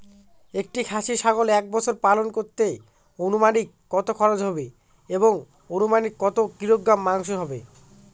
একটি খাসি ছাগল এক বছর পালন করতে অনুমানিক কত খরচ হবে এবং অনুমানিক কত কিলোগ্রাম মাংস হবে?